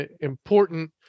important